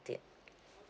it